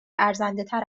ارزندهتر